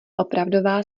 opravdová